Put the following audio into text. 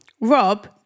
Rob